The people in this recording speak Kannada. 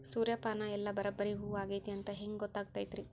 ಸೂರ್ಯಪಾನ ಎಲ್ಲ ಬರಬ್ಬರಿ ಹೂ ಆಗೈತಿ ಅಂತ ಹೆಂಗ್ ಗೊತ್ತಾಗತೈತ್ರಿ?